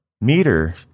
meter